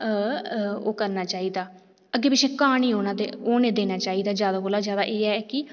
ओह् करना चाहिदा ते अग्गें पिच्छें घाऽ निं होने देना चाहिदा जादै कोला जादै एह् ऐ कि